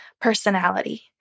personality